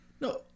No